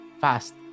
fast